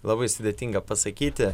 labai sudėtinga pasakyti